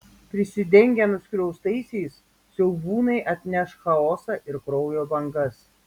prisidengę nuskriaustaisiais siaubūnai atneš chaoso ir kraujo bangas